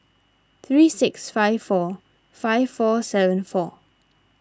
three eight six four five four seven four